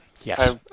Yes